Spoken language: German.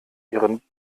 ihren